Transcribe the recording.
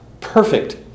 perfect